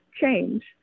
change